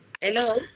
Hello